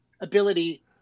ability